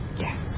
Yes